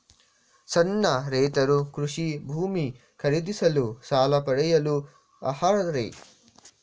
ಸಣ್ಣ ರೈತರು ಕೃಷಿ ಭೂಮಿ ಖರೀದಿಸಲು ಸಾಲ ಪಡೆಯಲು ಅರ್ಹರೇ?